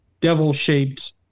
devil-shaped